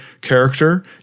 character